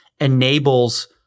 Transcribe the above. enables